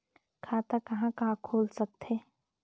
खाता कहा कहा खुल सकथे?